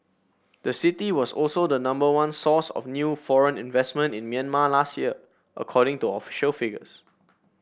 the city was also the number one source of new foreign investment in Myanmar last year according to official figures